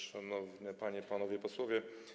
Szanowni Panie i Panowie Posłowie!